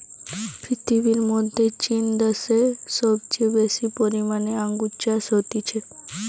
পৃথিবীর মধ্যে চীন দ্যাশে সবচেয়ে বেশি পরিমানে আঙ্গুর চাষ হতিছে